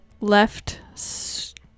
left